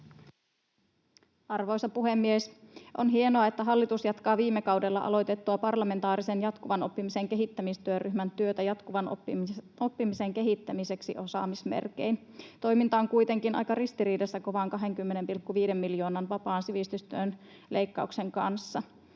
Arvoisa puhemies! On hienoa, että hallitus jatkaa viime kaudella aloitettua parlamentaarisen jatkuvan oppimisen kehittämistyöryhmän työtä jatkuvan oppimisen kehittämiseksi osaamismerkein. Toiminta on kuitenkin aika ristiriidassa vapaan sivistyön kovan, 20,5 miljoonan, leikkauksen kanssa.